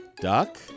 Duck